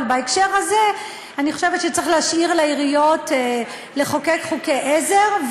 אבל בהקשר הזה אני חושבת שצריך להשאיר לעיריות לחוקק חוקי עזר.